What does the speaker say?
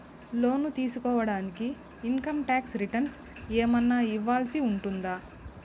లోను తీసుకోడానికి income tax returns ఏమన్నా ఇవ్వాల్సి ఉంటుందా